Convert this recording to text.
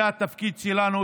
זה התפקיד שלנו,